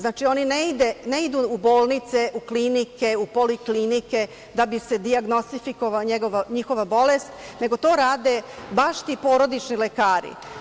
Znači, oni ne idu u bolnice, u klinike, u poliklinike da bi se dijagnostifikovala njihova bolest, nego to rade baš ti porodični lekari.